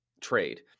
trade